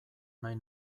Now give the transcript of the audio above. nahi